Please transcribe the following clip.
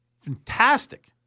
fantastic